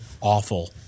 awful